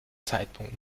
zeitpunkt